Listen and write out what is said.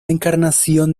encarnación